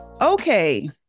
Okay